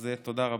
אז תודה רבה.